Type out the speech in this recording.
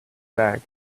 bag